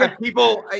people